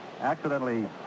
Accidentally